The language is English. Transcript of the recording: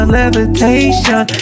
levitation